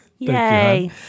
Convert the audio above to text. Yay